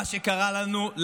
מה שקרה לנו,